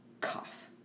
cough